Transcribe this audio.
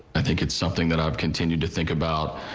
i think it's something that i've continued to think about.